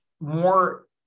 more